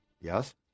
Yes